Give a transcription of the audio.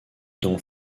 dont